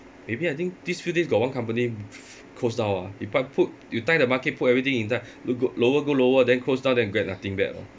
maybe I think these few days got one company close down ah if I put you time the market put everything inside lo~ go lower go lower then close down then grab nothing back lor